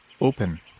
open